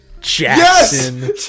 Jackson